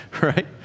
right